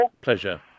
Pleasure